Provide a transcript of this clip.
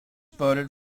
voted